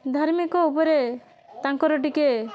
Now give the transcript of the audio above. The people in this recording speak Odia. ଧାର୍ମିକ ଉପରେ ତାଙ୍କର ଟିକେ